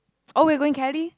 oh we are going Cali